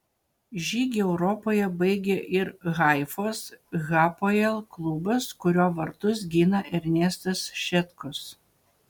žygį europoje baigė ir haifos hapoel klubas kurio vartus gina ernestas šetkus